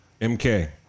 MK